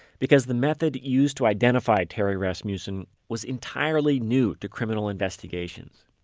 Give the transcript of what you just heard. because the method used to identify terry rasmussen was entirely new to criminal investigations.